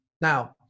now